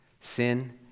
sin